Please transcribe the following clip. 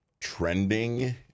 trending